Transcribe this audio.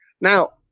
Now